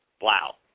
Wow